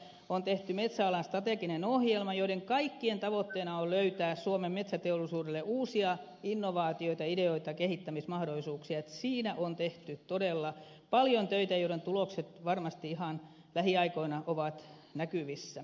on tehty metsäalan strateginen ohjelma jossa kaikkien tavoitteena on löytää suomen metsäteollisuudelle uusia innovaatioita ideoita ja kehittämismahdollisuuksia joten siinä on tehty todella paljon töitä joiden tulokset varmasti ihan lähiaikoina ovat näkyvissä